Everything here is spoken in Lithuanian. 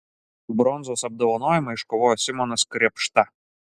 bronzos apdovanojimą iškovojo simonas krėpšta